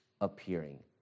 appearing